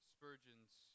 Spurgeon's